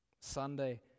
Sunday